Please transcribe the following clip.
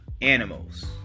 animals